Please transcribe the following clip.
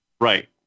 right